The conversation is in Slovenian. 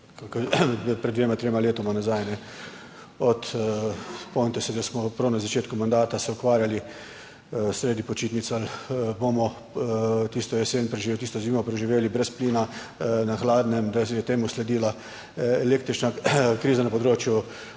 soočeni pred dvema, trema letoma nazaj. Od, spomnite se, da smo prav na začetku mandata se ukvarjali sredi počitnic ali bomo tisto jesen preživeli tisto zimo preživeli brez plina na hladnem, da je temu sledila električna kriza na področju